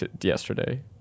yesterday